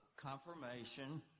confirmation